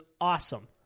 awesome